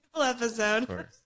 episode